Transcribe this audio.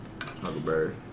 Huckleberry